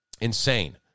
Insane